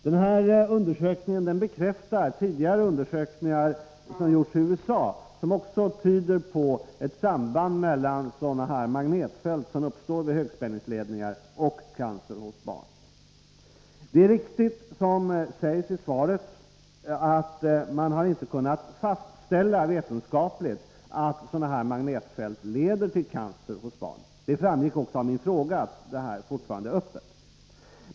Den undersökningen bekräftar tidigare undersökningar som har gjorts i USA, som också tyder på ett samband mellan sådana magnetfält som uppstår vid högspänningsledningar och cancer hos barn. Det är riktigt som sägs i svaret att man inte vetenskapligt har kunnat fastställa att sådana magnetfält leder till cancer hos barn. Det framgick också av min fråga.